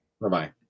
Bye-bye